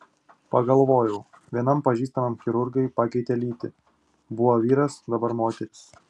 pagalvojau vienam pažįstamam chirurgai pakeitė lytį buvo vyras dabar moteris